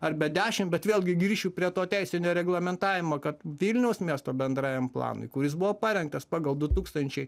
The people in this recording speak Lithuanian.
ar be dešim bet vėlgi grįšiu prie to teisinio reglamentavimo kad vilniaus miesto bendrajam planui kuris buvo parengtas pagal du tūkstančiai